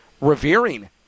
revering